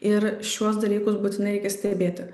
ir šiuos dalykus būtinai reikia stebėti